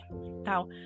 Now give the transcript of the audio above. Now